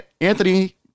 Anthony